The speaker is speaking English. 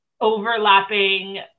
overlapping